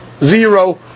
zero